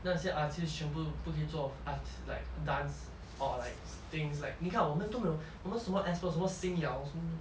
那些 artist 全部不可以做 arts like dance or like things like 你看我们都没有我们什么 S pop 什么星耀什么东西